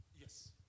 Yes